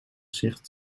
zicht